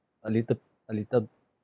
a little a little